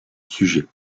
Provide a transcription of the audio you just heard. sujet